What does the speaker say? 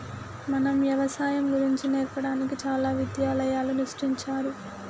మన యవసాయం గురించి నేర్పడానికి చాలా విద్యాలయాలు సృష్టించారు